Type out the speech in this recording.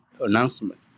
announcement